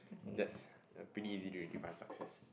that's uh pretty easy to define success